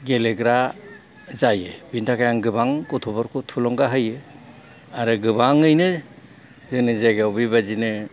गेलेग्रा जायो बेनि थाखाय आं गोबां गथ'फोरखौ थुलुंगा होयो आरो गोबाङैनो जोंनि जायगायाव बेबायदिनो